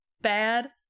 bad